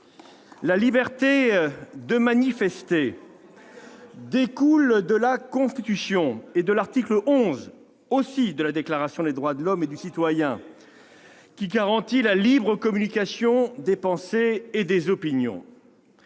La liberté de manifester découle de la Constitution et aussi de l'article XI de la Déclaration des droits de l'homme et du citoyen, qui garantit la libre communication des pensées et des opinions.